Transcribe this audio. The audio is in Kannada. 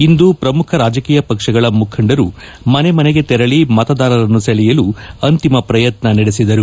ಇಂದು ಪ್ರಮುಖ ರಾಜಕೀಯ ಪಕ್ಷಗಳ ಮುಖಂಡರು ಮನೆ ಮನೆಗೆ ತೆರಳ ಮತದಾರರನ್ನು ಸೆಳೆಯಲು ಅಂತಿಮ ಪ್ರಯತ್ವ ನಡೆಸಿದರು